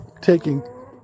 taking